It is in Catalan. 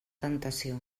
temptació